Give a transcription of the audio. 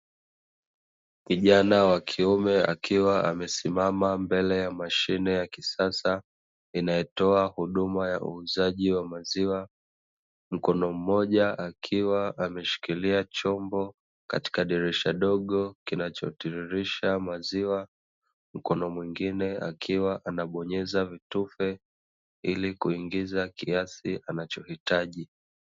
Kijana wa kiume akiwa amesimama mbele ya mashine ya kisasa inayotoa huduma ya uuzaji wa maziwa, mkono mmoja akiwa ameshikilia chombo katika dirisha dogo kinachotiririsha maziwa, mkono mwingine akiwa anabonyeza vitufe ili kuingiza kiasi anachohitaji.